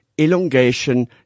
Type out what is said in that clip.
elongation